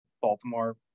Baltimore